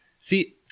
See